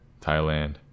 Thailand